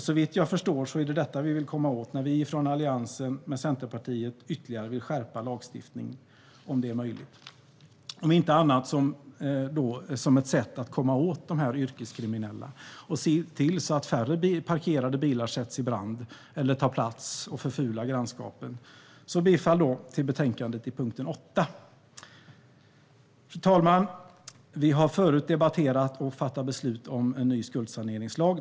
Såvitt jag förstår är det detta vi vill komma åt när vi från Alliansen med Centerpartiet vill skärpa lagstiftningen ytterligare om det är möjligt, om inte annat som ett sätt att komma åt dessa yrkeskriminella och se till att färre parkerade bilar sätts i brand eller tar plats och förfular grannskapen. Jag yrkar bifall till utskottets förslag under punkt 8. Fru talman! Vi har tidigare debatterat och fattat beslut om en ny skuldsaneringslag.